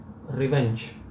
revenge